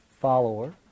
follower